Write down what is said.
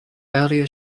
earlier